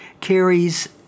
carries